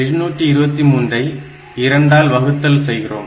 ஆக 723 ஐ 2 ஆல் வகுத்தல் செய்கிறோம்